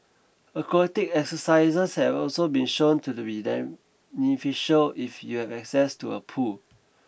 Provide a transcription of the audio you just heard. aquatic exercises have also been shown to be beneficial if you have access to a pool